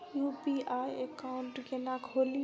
UPI account केना खोलि?